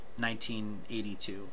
1982